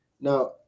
Now